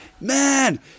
Man